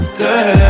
girl